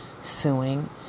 suing